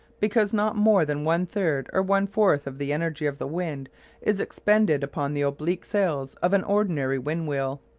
because not more than one-third or one-fourth of the energy of the wind is expended upon the oblique sails of an ordinary wind-wheel.